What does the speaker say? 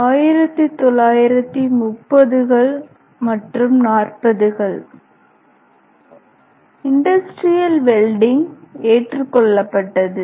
1930 கள் 40 கள் industrial welding ஏற்றுக்கொள்ளப்பட்டது